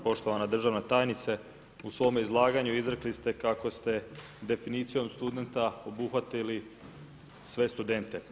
Poštovana državna tajnice, u svome izlaganju izrekli ste kako ste definicijom studenta obuhvatili sve studente.